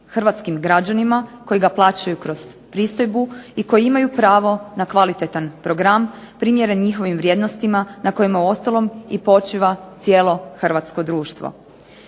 hrvatskim građanima koji ga plaćaju kroz pristojbu i koji imaju pravo na kvalitetan program primjeren njihovim vrijednostima na kojima uostalom i počiva cijelo hrvatsko društvo.